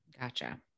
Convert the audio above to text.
Gotcha